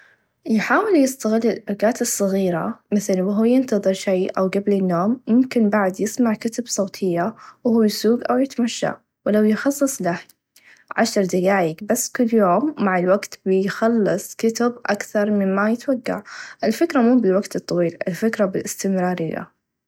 يحاول يستغل الأوقات الصغيره مثل وهو ينتظر شئ أو قبل النوم و ممكن بعد يسمع كتب صوتيه و هو يسوق أو يتمشى و لو يخصص له عشر دقايق بس كل يوم مع الوقت بيخلص كتب أكثر مما يتوقع الفكره مو بالوقت الطويل الفكره بالإستمراريه.